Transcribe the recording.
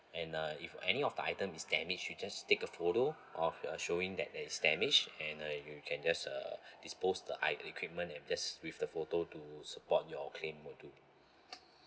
and uh if any of the items is damaged you just take a photo of you're showing that there's damage and uh you can just uh dispose the i~ equipment and just with the photo to support your claim will do